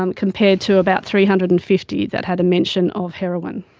um compared to about three hundred and fifty that had a mention of heroine.